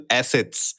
assets